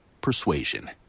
persuasion